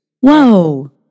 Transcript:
Whoa